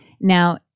Now